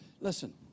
Listen